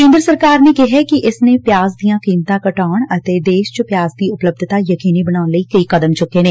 ਕੇਦਰ ਸਰਕਾਰ ਨੇ ਕਿਹੈ ਕਿ ਇਸ ਨੇ ਪਿਆਜ਼ ਦੀਆਂ ਕੀਮਤਾਂ ਘਟਾਉਣ ਅਤੇ ਦੇਸ਼ ਚ ਪਿਆਜ਼ ਦੀ ਉਪਲਬੱਧਤਾ ਯਕੀਨੀ ਬਣਾਉਣ ਲਈ ਕਈ ਕਦਮ ਚੁੱਕੇ ਨੇ